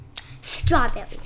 strawberry